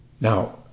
Now